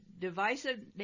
divisive